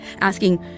asking